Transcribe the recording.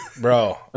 Bro